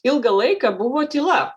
ilgą laiką buvo tyla